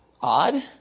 odd